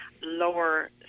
lower